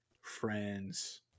friends